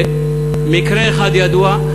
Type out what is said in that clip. מקרה אחד ידוע,